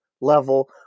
level